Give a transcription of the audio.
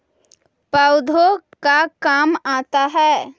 पौधे का काम आता है?